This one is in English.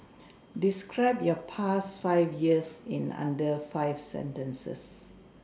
describe your past five years in under five sentences